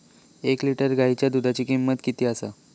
एक लिटर गायीच्या दुधाची किमंत किती आसा?